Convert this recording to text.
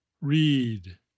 read